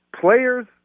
Players